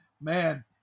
Man